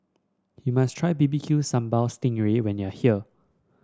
you must try B B Q Sambal Sting Ray when you are here